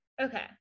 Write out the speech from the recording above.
Okay